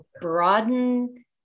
broaden